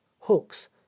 hooks